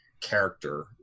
character